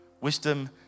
Wisdom